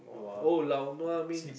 oh lao nua means